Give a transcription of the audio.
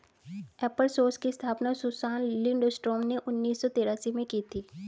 एपर सोर्स की स्थापना सुसान लिंडस्ट्रॉम ने उन्नीस सौ तेरासी में की थी